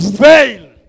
fail